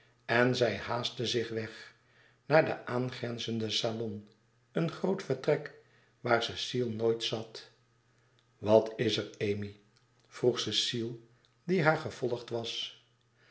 en zij haastte zich weg naar den aangrenzenden salon een groot vertrek waar cecile nooit zat wat is er amy vroeg cecile die haar gevolgd was